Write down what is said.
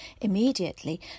immediately